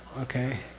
okay?